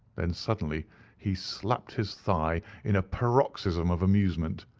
then suddenly he slapped his thigh in a paroxysm of amusement.